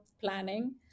planning